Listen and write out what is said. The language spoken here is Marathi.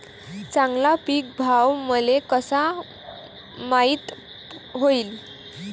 चांगला पीक भाव मले कसा माइत होईन?